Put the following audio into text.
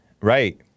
Right